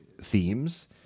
themes